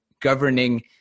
governing